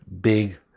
big